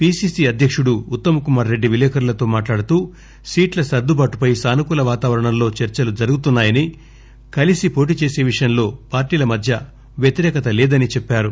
PCC అధ్యక్షుడు ఉత్తమ్ కుమార్ రెడ్డి విలేకరులతో మాట్లాడుతూ సీట్ల సర్గుబాటుపై సానుకూల వాతావరణం లో చర్సలు జరుగుతున్నాయని కలసి పోటీ చేస విషయం లో పార్టీల మధ్య వ్యతిరేకత లేదని చెప్పారు